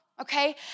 okay